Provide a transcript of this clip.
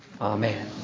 Amen